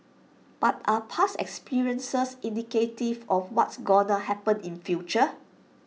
but are past experiences indicative of what's gonna happen in future